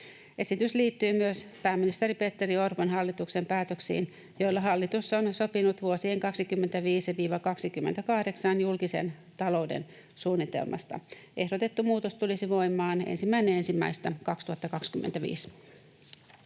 Esitys liittyy myös pääministeri Petteri Orpon hallituksen päätöksiin, joilla hallitus on sopinut vuosien 25—28 julkisen talouden suunnitelmasta. Ehdotettu muutos tulisi voimaan 1.1.2025.